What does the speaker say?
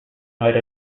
night